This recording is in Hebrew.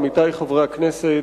עמיתי חברי הכנסת,